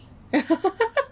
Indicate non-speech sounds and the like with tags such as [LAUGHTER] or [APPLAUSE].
[LAUGHS]